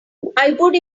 would